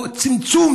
או צמצום,